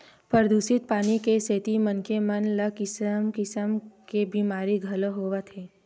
परदूसित पानी के सेती मनखे मन ल किसम किसम के बेमारी घलोक होवत हे